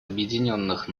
объединенных